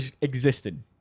existed